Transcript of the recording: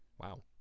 Wow